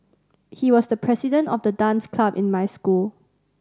he was the president of the dance club in my school